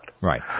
Right